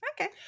Okay